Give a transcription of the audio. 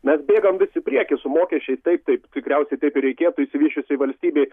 mes bėgam vis į priekį su mokesčiais taip taip tikriausiai ir reikėtų išsivysčiusioj valstybėj